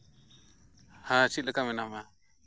ᱦᱮᱸ ᱪᱮᱫ ᱞᱮᱠᱟ ᱢᱮᱱᱟᱢᱟ